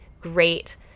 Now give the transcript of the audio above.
great